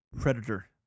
predator